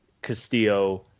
Castillo